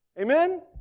Amen